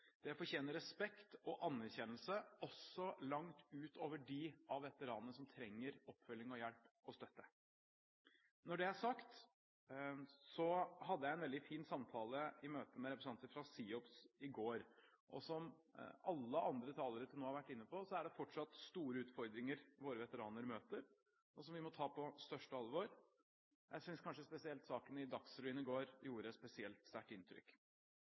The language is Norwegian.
Det fortjener respekt og anerkjennelse også langt utover dem av veteranene som trenger oppfølging, hjelp og støtte. Når det er sagt, hadde jeg en veldig fin samtale i møte med representanter fra SIOPS i går, og som alle andre talere til nå har vært inne på, er det fortsatt store utfordringer våre veteraner møter, og som vi må ta på største alvor. Jeg synes kanskje spesielt saken i Dagsrevyen i går gjorde spesielt sterkt inntrykk.